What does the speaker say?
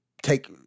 take